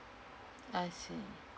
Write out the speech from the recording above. I see